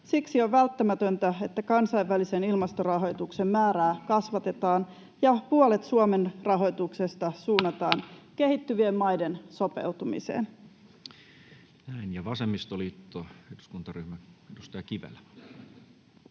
Siksi on välttämätöntä, että kansainvälisen ilmastorahoituksen määrää kasvatetaan ja puolet Suomen rahoituksesta suunnataan kehittyvien maiden sopeutumiseen. Näin. — Ja vasemmistoliiton eduskuntaryhmä, edustaja Kivelä.